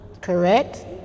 Correct